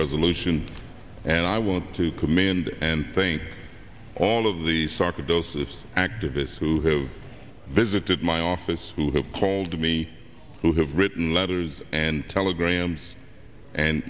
resolution and i want to commend and think all of the socket doses activists who have visited my office who have called me who have written letters and telegrams and